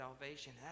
salvation